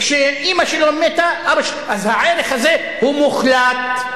וכשאמא שלו מתה, אז הערך הזה הוא מוחלט.